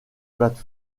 plate